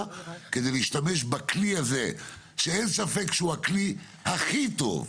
כדי להשתמש בכלי הזה שאין ספק שהוא הכלי הכי טוב?